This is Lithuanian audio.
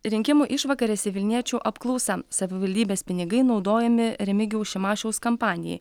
rinkimų išvakarėse vilniečių apklausa savivaldybės pinigai naudojami remigijaus šimašiaus kampanijai